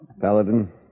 Paladin